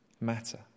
matter